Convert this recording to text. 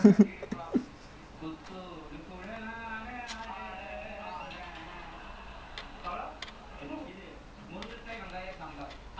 I mean I just hope like mine is not lecture style like I think now they shifting to some some courses they shifting to like seminar style or small group or something like that especially like business I think